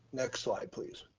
next slide, please.